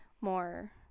more